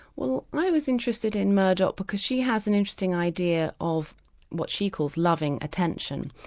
well i was interested in murdoch because she has an interesting idea of what she calls loving attention,